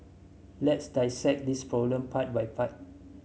let's dissect this problem part by part